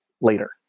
later